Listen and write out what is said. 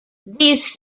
these